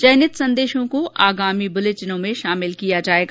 चयनित संदेशों को आगामी बुलेटिनों में शामिल किया जाएगा